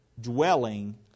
dwelling